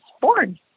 born